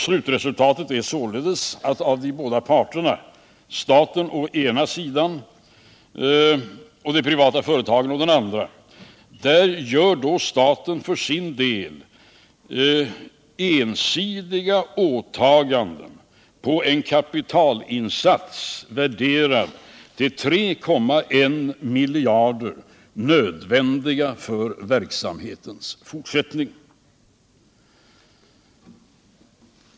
Slutresultatet är således att av de båda parterna, staten å ena sidan och de privata företagen å den andra, gör staten ensidiga åtaganden på en kapitalinsats värderad till 3,1 miljarder som är nödvändig för verksamhetens fortsättning.